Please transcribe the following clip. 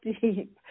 deep